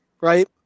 right